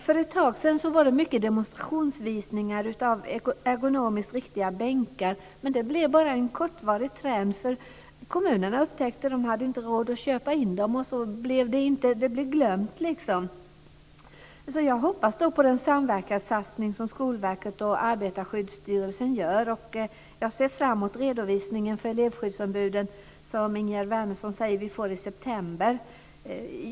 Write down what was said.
För ett tag sedan var det mycket demonstrationsvisningar av ergonomiskt riktiga bänkar. Men det blev bara en kortvarig trend. Kommunerna upptäckte att man inte hade råd att köpa in dem, och så blev det liksom glömt. Jag hoppas mycket på den samverkanssatsning som Skolverket och Arbetarskyddsstyrelsen gör. Jag ser fram emot den redovisning om elevskyddsombuden som Ingegerd Wärnersson säger att vi får i september.